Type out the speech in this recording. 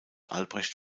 albrecht